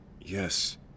Yes